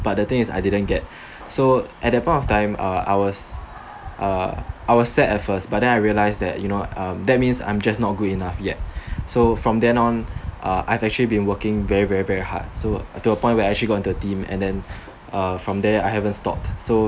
but the thing is I didn't get so at that point of time uh I was uh I was sad at first but then I realised that you know that means I am just not good enough yet so from then on uh I've actually been working very very very hard to a point when I actually go into the team and then uh from there I haven't stopped so